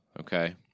okay